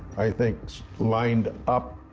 i think, lined up,